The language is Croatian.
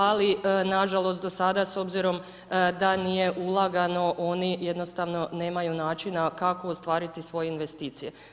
Ali, nažalost, do sada, s obzirom, da nije ulagano oni jednostavno nemaju načina, kako ostvariti svoje investicije.